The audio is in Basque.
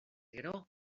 gero